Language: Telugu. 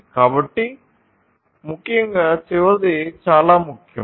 కాబట్టిముఖ్యంగా చివరిది చాలా ముఖ్యం